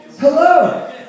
Hello